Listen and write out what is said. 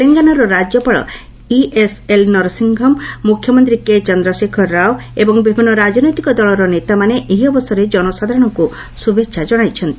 ତେଲଙ୍ଗାନାର ରାଜ୍ୟପାଳ ଇଏସ୍ଏଲ୍ ନରସିଂହ୍କମ୍ ମୁଖ୍ୟମନ୍ତ୍ରୀ କେ ଚନ୍ଦ୍ରଶେଖର ରାଓ ଏବଂ ବିଭିନ୍ନ ରାଜନୈତିକ ଦଳର ନେତାମାନେ ଏହି ଅବସରରେ ଜନସାଧାରଣଙ୍କୁ ଶୁଭେଛା ଜଣାଇଛନ୍ତି